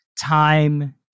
time